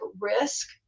risk